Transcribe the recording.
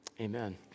amen